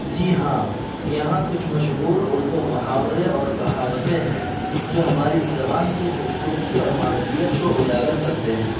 جی ہاں یہاں کچھ مشہور اردو محاورے اور کہاوتیں ہیں جو ہماری زبان کی خوبصورتی اور معنویت کو اجاگر کرتے ہیں